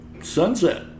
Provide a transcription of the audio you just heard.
sunset